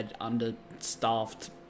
understaffed